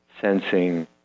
sensing